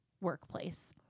workplace